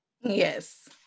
Yes